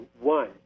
one